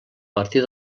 partir